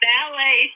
Ballet